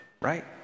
right